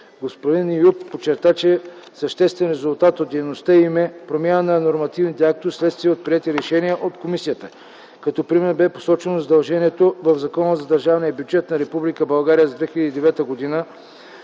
Господин Еюп подчерта, че съществен резултат от дейността им е промяната на нормативни актове, следствие от приети решения от комисията. Като пример бе посочено задължението в Закона за държавния бюджет на Република